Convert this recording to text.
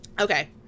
okay